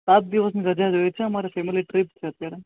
સાત દિવસની રજા જોઈએ છે અમારે ફેમિલી ટ્રીપ છે અત્યારે